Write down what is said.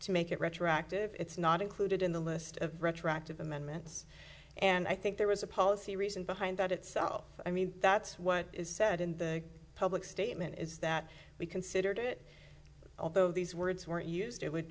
to make it retroactive it's not included in the list of retroactive amendments and i think there was a policy reason behind that itself i mean that's what is said in the public statement is that we considered it although these words were used it would